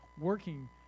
working